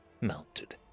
mounted